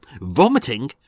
Vomiting